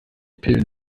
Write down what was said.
pillen